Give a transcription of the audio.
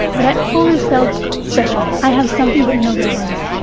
but i always felt special. i have something that nobody has.